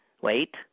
Wait